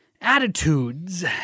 attitudes